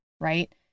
right